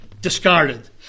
discarded